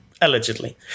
Allegedly